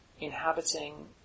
inhabiting